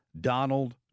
Donald